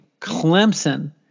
Clemson